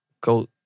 go